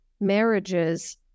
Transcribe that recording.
marriages